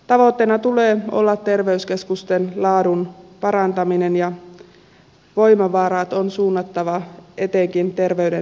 tavoitteena tulee olla terveyskeskusten laadun parantaminen ja voimavarat on suunnattava etenkin terveyden edistämiseen